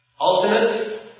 ultimate